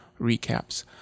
recaps